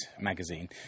magazine